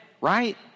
Right